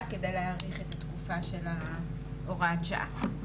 כדי להאריך את התקופה של הוראת השעה.